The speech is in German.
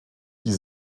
die